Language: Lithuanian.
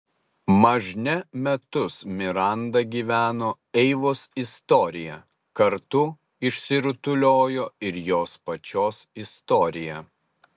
mažne metus miranda gyveno eivos istorija kartu išsirutuliojo ir jos pačios istorija